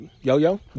Yo-yo